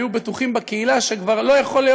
היו בטוחים בקהילה שכבר לא יכול להיות